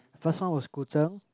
first one was 古筝